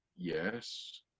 Yes